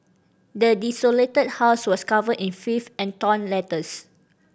the desolated house was covered in filth and torn letters